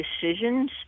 decisions